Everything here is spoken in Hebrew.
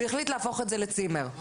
והחליט להפוך את זה לצימר.